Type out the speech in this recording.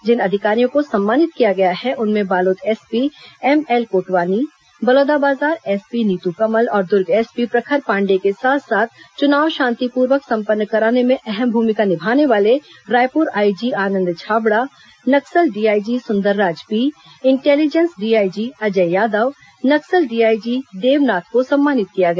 जिन अधिकारियों को सम्मानित किया गया है उनमें Balod SP ML Kotwani Balodabazar SP Neetu Kamal और दुर्ग एसपी प्रखर पांडेय के साथ साथ चुनाव शांतिपूर्वक संपन्न कराने में अहम भूमिका निभाने वाले Raipur IG Anand Chhabra Naxal DIG Sundarraj P intelligence DIG Ajay Yadav Naxal DIG Devnath को सम्मानित किया गया